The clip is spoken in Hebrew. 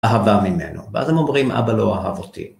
אהבה ממנו, ואז הם אומרים אבא לא אהב אותי.